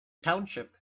township